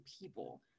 people